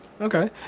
Okay